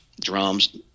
drums